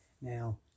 Now